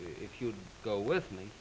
if you go with me